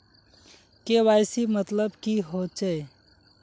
KYC मतलब की होचए?